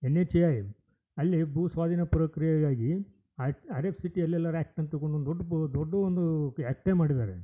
N H A I ಅಲ್ಲಿ ಭೂ ಸ್ವಾಧೀನ ಪ್ರಕ್ರಿಯೆಗಾಗಿ R F C T L L R act ಅಂತ ತೊಗೊಂಡು ಒಂದು ದೊಡ್ಡ ಬೊ ದೊಡ್ಡು ಒಂದೂ ಆ್ಯಕ್ಟೆ ಮಾಡಿದ್ದಾರೆ